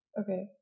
Okay